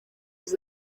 was